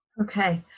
Okay